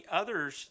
others